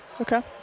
Okay